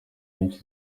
n’iki